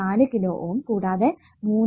4 kilo Ω കൂടാതെ 3